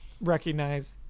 recognize